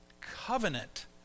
covenant